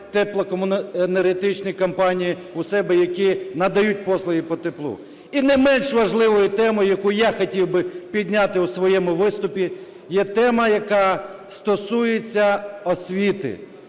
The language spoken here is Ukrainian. теплокомуненергетичні компанії у себе, які надають послуги по теплу. І не менш важливою темою, яку я хотів би підняти у своєму виступі, є тема, яка стосується освіти.